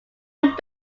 not